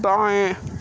बाएँ